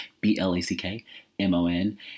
B-L-A-C-K-M-O-N